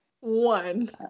one